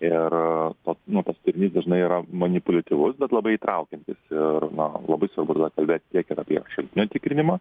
ir tas na tas turinys yra manipuliatyvus bet labai įtraukiantis ir na labai svarbu tada kalbėti tiek ir apie šaltinio tikrinimą